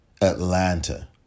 Atlanta